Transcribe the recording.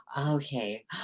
Okay